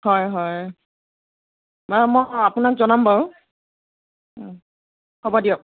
হয় হয় বাৰু মই আপোনাক জনাম বাৰু ও হ'ব দিয়ক